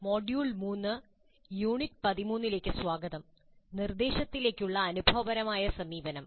module 3 unit 13 ലേക്ക് സ്വാഗതം നിർദ്ദേശത്തിലേക്കുള്ള അനുഭവപരമായ സമീപനം